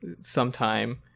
sometime